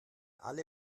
alle